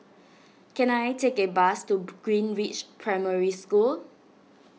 can I take a bus to Greenridge Primary School